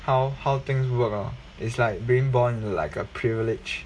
how how things work or it's like being born in like a privilege